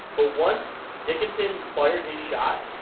but once dickinson fired his shot,